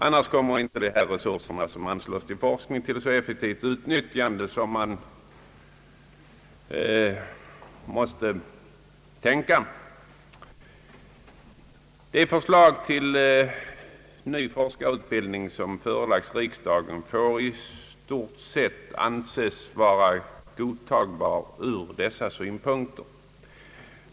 Annars kommer inte de resurser som anslås till forskning att bli så effektivt utnyttjade som man måste kräva. Det förslag till ny forskarutbildning som förelagts riksdagen får i stort sett anses vara godtagbart ur dessa synpunkter.